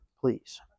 please